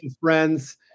friends